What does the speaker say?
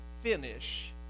finish